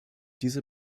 diese